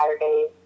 Saturdays